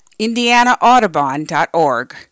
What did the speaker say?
indianaaudubon.org